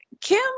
Kim